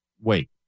wait